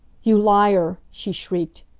you liar! she shrieked.